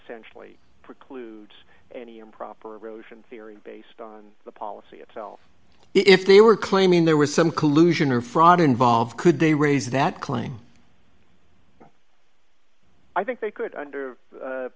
essentially precludes any improper erosion theory based on the policy itself if they were claiming there was some collusion or fraud involved could they raise that claim i think they could under